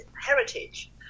heritage